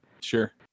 Sure